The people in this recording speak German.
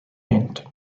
gent